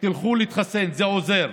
תלכו להתחסן, זה עוזר.